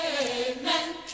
Amen